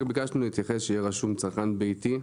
רק ביקשנו שיהיה רשום "צרכן ביתי"